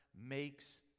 makes